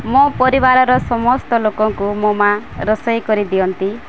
ମୋ ପରିବାରର ସମସ୍ତ ଲୋକଙ୍କୁ ମୋ ମା' ରୋଷେଇ କରିଦିଅନ୍ତି